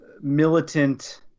militant